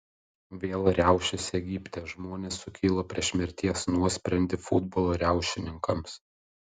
vėl riaušės egipte žmonės sukilo prieš mirties nuosprendį futbolo riaušininkams